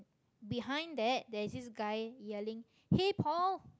behind that there is this guy yelling hey paul